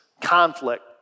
conflict